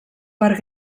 per